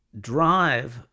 drive